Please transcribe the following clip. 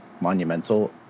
monumental